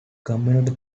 community